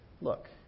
look